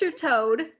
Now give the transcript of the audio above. Toad